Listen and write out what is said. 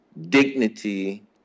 dignity